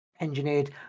engineered